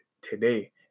today